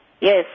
yes